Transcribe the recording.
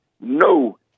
no